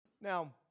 Now